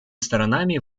сторонами